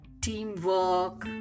teamwork